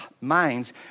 minds